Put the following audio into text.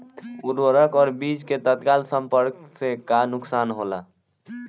उर्वरक और बीज के तत्काल संपर्क से का नुकसान होला?